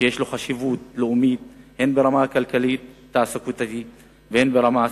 שיש לו חשיבות לאומית הן ברמה הכלכלית-תעסוקתית והן ברמה הסביבתית.